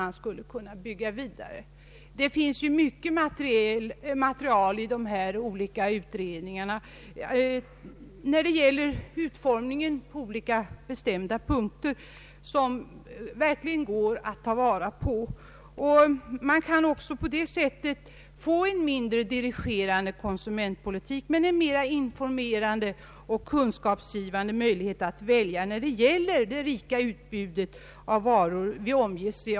I dessa olika utredningar finns åtskilligt material när det gäller utformningen på bestämda punkter som det verkligen går att ta vara på. Man kan också på det sättet få en mindre dirigerande konsumentpolitik men en mera informerande och kunskapsgivande möjlighet att välja när det gäller det rika utbytet av varor som vi omges av.